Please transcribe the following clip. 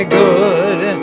good